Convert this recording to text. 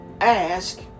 ask